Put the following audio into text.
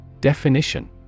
Definition